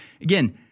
Again